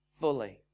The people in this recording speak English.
fully